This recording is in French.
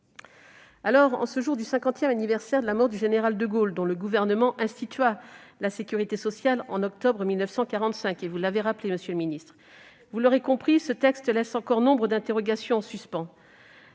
jour du cinquantième anniversaire de la mort du général de Gaulle, dont le gouvernement institua la sécurité sociale, en octobre 1945, comme vous l'avez rappelé, monsieur le ministre des solidarités et de la santé, ce texte laisse encore nombre d'interrogations en suspens.